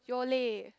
Yole